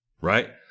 right